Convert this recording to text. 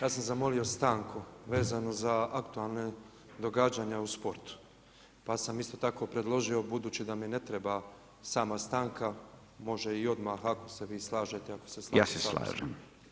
Ja sam zamolio stanku vezano za aktualna događanja u sportu pa sam isto tako predložio budući da mi ne treba sama stanka, može i odmah ako se vi slažete, ako se